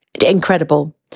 incredible